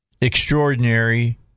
extraordinary